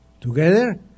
Together